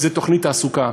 תוכנית תעסוקה,